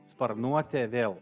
sparnuotė vėl